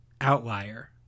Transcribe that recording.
outlier